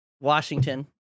Washington